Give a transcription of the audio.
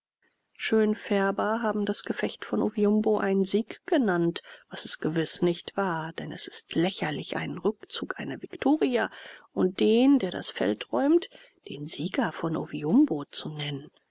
schönfärber haben das gefecht von oviumbo einen sieg genannt was es gewiß nicht war denn es ist lächerlich einen rückzug eine viktoria und den der das feld räumt den sieger von oviumbo zu nennen